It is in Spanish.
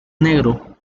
negro